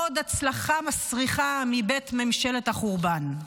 עוד הצלחה מסריחה מבית ממשלת החורבן.